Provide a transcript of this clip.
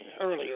earlier